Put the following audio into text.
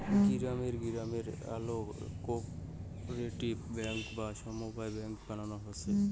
গিরামে গিরামে আল্যা কোপরেটিভ বেঙ্ক বা সমব্যায় বেঙ্ক বানানো হসে